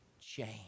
change